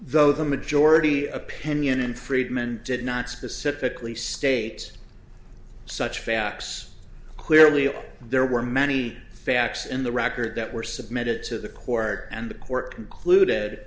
though the majority opinion in friedman did not specifically state such facts clearly there were many facts in the record that were submitted to the court and the court concluded